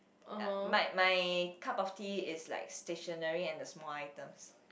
my my cup of tea is like stationery and the small items